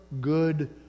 good